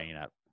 up